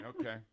Okay